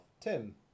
Tim